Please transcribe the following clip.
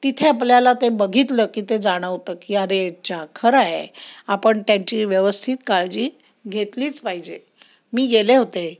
तिथे आपल्याला ते बघितलं की ते जाणवतं की अरेच्या खरं आहे आपण त्यांची व्यवस्थित काळजी घेतलीच पाहिजे मी गेले होते